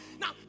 Now